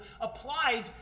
applied